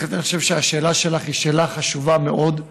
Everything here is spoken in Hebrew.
בהחלט אני חושב שהשאלה שלך היא שאלה חשובה מאוד,